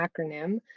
acronym